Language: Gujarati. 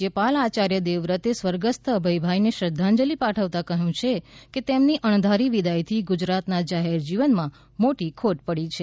રાજ્યપાલ આચાર્ય દેવ વ્રતે સ્વર્ગસ્થ અભયભાઇ ને શ્રદ્વાંજલી પાઠવતા કહ્યું છે કે તેમની અણધારી વિદાય થી ગુજરાત ના જાહેર જીવન માં મોટી ખોટ પડી છે